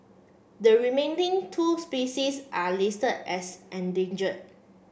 the remaining two species are list as endanger